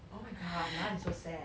oh my god now I am so sad